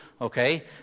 okay